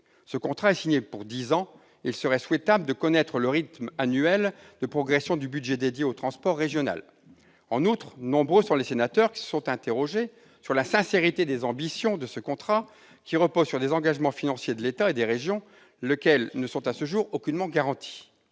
Ce contrat est signé pour dix ans, et il serait souhaitable de connaître le rythme annuel de progression du budget dédié au transport régional. En outre, nombreux sont les sénateurs qui se sont interrogés sur la sincérité des ambitions de ce contrat reposant sur des engagements financiers de l'État et des régions, lesquels ne sont à ce jour aucunement garantis.